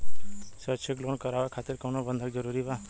शैक्षणिक लोन करावे खातिर कउनो बंधक जरूरी बा?